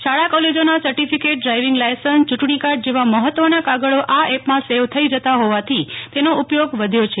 શાળા કોલેજોના certificate driving licence યૂંટણી કાર્ડ જેવા મહત્વના કાગળો આ એપમાં સેવ થઇ જતા હોવાથી તેનો ઉપયોગ વધ્યો છે